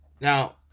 Now